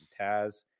Taz